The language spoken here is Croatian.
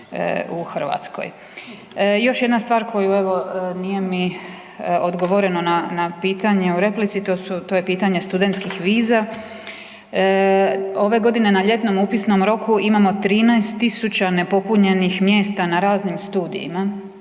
u Hrvatskoj. Još jedna stvar koju evo, nije mi odgovoreno na pitanje u replici. To je pitanje studentskih viza, ove godine na ljetnom upisnom roku imamo 13 tisuća nepopunjenih mjesta na raznim studijima